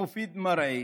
מופיד מרעי